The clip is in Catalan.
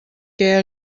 què